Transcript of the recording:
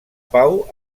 pau